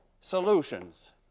solutions